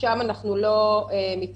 ושם אנחנו לא מתערבים.